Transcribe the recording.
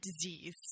disease